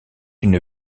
une